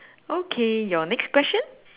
okay your next question